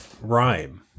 rhyme